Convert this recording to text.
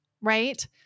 right